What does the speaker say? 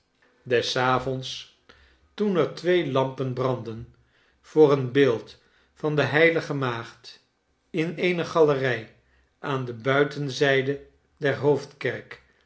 des avonds toen er twee lampen brandden voor een beeld van de h maagd in eene galerrj aan de buitenzijde der hoofdkerk